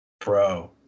Bro